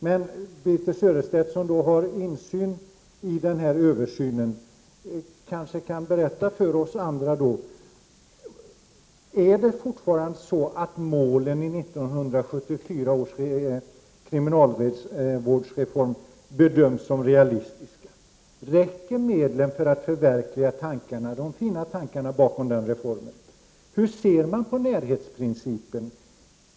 Men Birthe Sörestedt, som har insyn i den här översynen, kan kanske berätta för oss andra. Är det fortfarande så att målen i 1974 års kriminalvårdsreform bedöms som realistiska? Räcker medlen för att förverkliga de fina tankarna bakom den reformen? Hur ser man på närhetsprincipen?